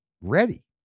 ready